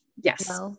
Yes